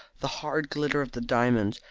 the hard glitter of the diamonds,